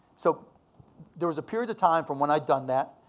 so there was a period of time from when i'd done that.